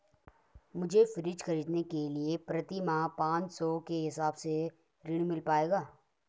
मुझे फ्रीज खरीदने के लिए प्रति माह पाँच सौ के हिसाब से ऋण मिल पाएगा?